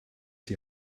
die